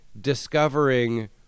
discovering